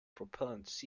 propellant